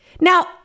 Now